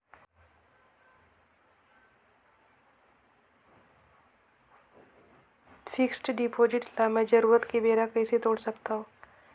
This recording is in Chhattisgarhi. फिक्स्ड डिपॉजिट ल मैं जरूरत के बेरा कइसे तोड़ सकथव?